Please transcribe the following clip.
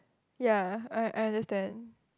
ya I I understand